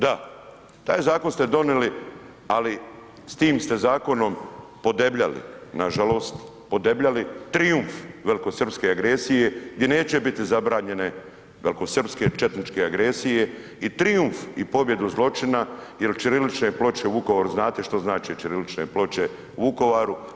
Da, taj zakon ste donili, ali s tim ste zakonom podebljali, nažalost podebljali trijumf velikosrpske agresije di neće biti zabranjene velikosrpske, četničke agresije i trijumf i pobjedu zločina jel ćirilične ploče u Vukovaru, znate što znače ćirilične ploče u Vukovaru?